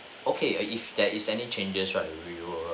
okay err if there is any changes right we will